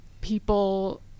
people